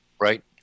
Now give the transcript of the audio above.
right